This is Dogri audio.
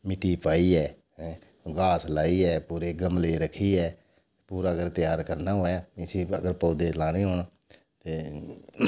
मिट्टी लाइयै घास लाइयै पूरे गमले रक्खियै पूरा अगर त्यार करना होऐ अगर इसी पौधे लाने होन ते